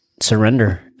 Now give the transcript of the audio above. surrender